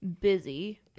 Busy